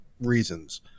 reasons